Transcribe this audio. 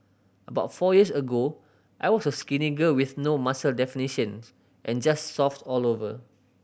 about four years ago I was a skinny girl with no muscle definitions and just soft all over